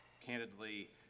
candidly